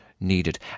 Needed